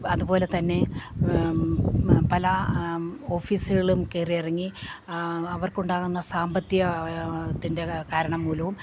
അതുപോലെ തന്നെ പല ഓഫീസുകളും കയറി ഇറങ്ങി അവർക്കുണ്ടാകുന്ന സാമ്പത്തിക തിൻ്റെ കാരണം മൂലവും